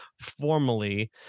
formally